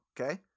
Okay